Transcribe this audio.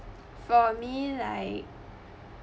for me like